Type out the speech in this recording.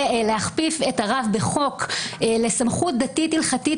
ולהכפיף את הרב בחוק לסמכות דתית הלכתית